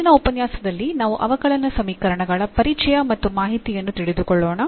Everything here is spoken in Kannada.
ಇಂದಿನ ಉಪನ್ಯಾಸದಲ್ಲಿ ನಾವು ಅವಕಲನ ಸಮೀಕರಣಗಳ ಪರಿಚಯ ಮತ್ತು ಮಾಹಿತಿಯನ್ನು ತಿಳಿದುಕೊಳ್ಳೋಣ